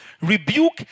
rebuke